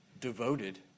Devoted